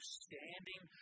standing